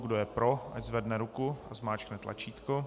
Kdo je pro, ať zvedne ruku a zmáčkne tlačítko.